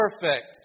perfect